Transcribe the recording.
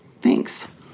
thanks